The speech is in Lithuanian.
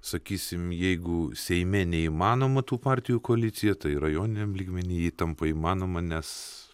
sakysim jeigu seime neįmanoma tų partijų koalicija tai rajoniniam lygmeny ji tampa įmanoma nes